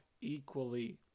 equally